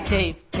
Dave